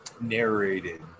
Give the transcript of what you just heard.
narrated